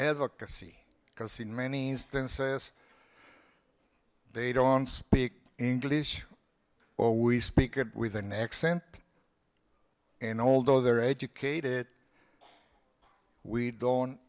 advocacy because in many instances they don't speak english or we speak with an accent an old oh they're educated we don't